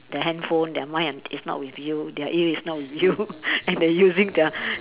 the handphone their mind un~ it's not with you their ear is not with you and then using the